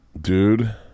Dude